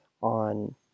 on